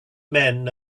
men